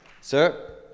Sir